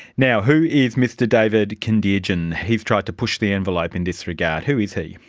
now, who is mr david kendirjian? he's tried to push the envelope in this regard. who is he?